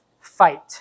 fight